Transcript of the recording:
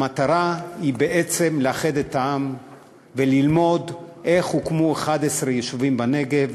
המטרה היא בעצם לאחד את העם וללמוד איך הוקמו 11 יישובים בנגב,